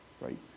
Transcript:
right